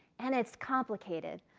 and it's complicated.